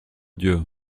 dieu